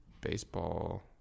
baseball